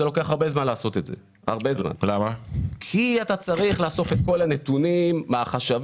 לוקח הרבה זמן לעשות את זה כי אתה צריך לאסוף את כל הנתונים מהחשבים,